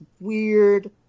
weird